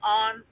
on